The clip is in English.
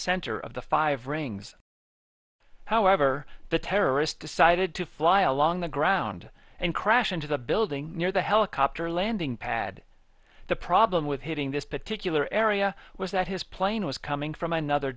center of the five rings however the terrorist decided to fly along the ground and crash into the building near the helicopter landing pad the problem with hitting this particular area was that his plane was coming from another